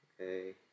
okay